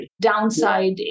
downside